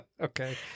Okay